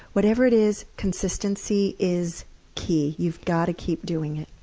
whatever it is, consistency is key. you've got to keep doing it.